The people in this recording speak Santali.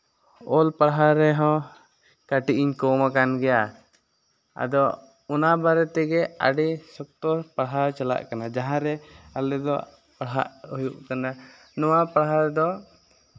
ᱚᱞ ᱯᱟᱲᱦᱟᱣ ᱨᱮᱦᱚᱸ ᱠᱟᱹᱴᱤᱡ ᱤᱧ ᱠᱚᱢ ᱟᱠᱟᱱ ᱜᱮᱭᱟ ᱟᱫᱚ ᱚᱱᱟ ᱵᱟᱨᱮ ᱛᱮᱜᱮ ᱟᱹᱰᱤ ᱥᱚᱠᱛᱚ ᱯᱟᱲᱦᱟᱣ ᱪᱟᱞᱟᱜ ᱠᱟᱱᱟ ᱡᱟᱦᱟᱸ ᱨᱮ ᱟᱞᱮ ᱫᱚ ᱯᱟᱲᱦᱟᱜ ᱦᱩᱭᱩᱜ ᱠᱟᱱᱟ ᱱᱚᱣᱟ ᱯᱟᱲᱦᱟᱣ ᱫᱚ